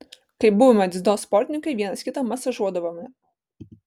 kai buvome dziudo sportininkai vienas kitą masažuodavome